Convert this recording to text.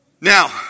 Now